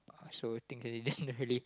so things they didn't really